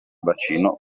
bacino